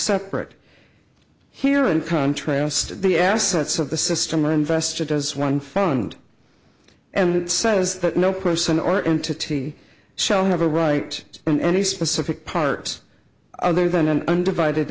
separate here in contrast the assets of the system are invested as one fund and it says that no person or entity shall have a right in any specific part other than an undivided